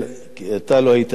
אתה לא היית שם,